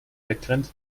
wegrennt